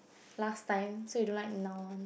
last time so you don't like now one